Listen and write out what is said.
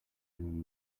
than